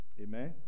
Amen